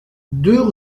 deux